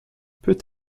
peut